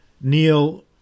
Neil